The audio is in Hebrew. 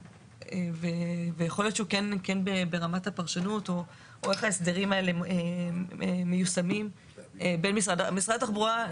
יכול להיות שברמת הפרשנות או איך ההסדרים האלה מיושמים במשרד התחבורה.